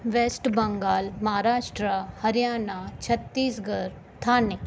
waste Bengal Maharashtra Haryana Chhattisgarh Thane